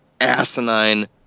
asinine